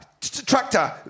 tractor